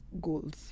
goals